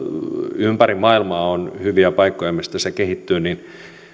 ympäri maailmaa on hyviä paikkoja mistä se kehittyy niin